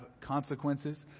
consequences